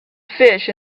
fish